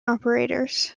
operators